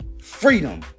Freedom